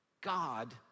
God